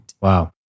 Wow